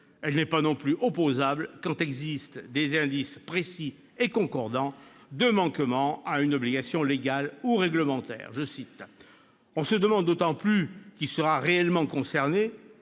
Elle n'est pas non plus opposable quand existent « des indices précis et concordants de manquement à une obligation légale ou réglementaire. » On